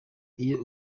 iyo